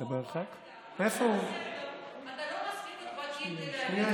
מתברר שזה לא אוטומטית נדון בכנסת.